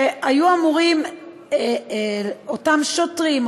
אותם שוטרים,